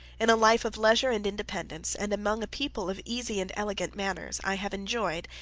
in a life of leisure and independence, and among a people of easy and elegant manners, i have enjoyed,